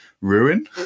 ruin